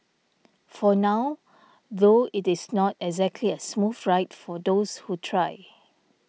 for now though it is not exactly a smooth ride for those who try